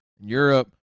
Europe